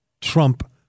Trump